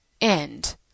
End